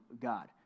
God